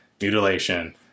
mutilation